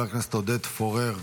חבר הכנסת עודד פורר,